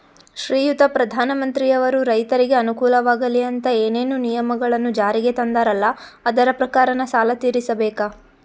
ಶ್ರೀಯುತ ಪ್ರಧಾನಮಂತ್ರಿಯವರು ರೈತರಿಗೆ ಅನುಕೂಲವಾಗಲಿ ಅಂತ ಏನೇನು ನಿಯಮಗಳನ್ನು ಜಾರಿಗೆ ತಂದಾರಲ್ಲ ಅದರ ಪ್ರಕಾರನ ಸಾಲ ತೀರಿಸಬೇಕಾ?